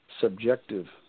subjective